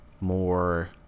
more